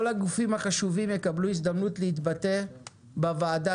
כל הגופים החשובים יקבלו הזדמנות להתבטא בוועדה,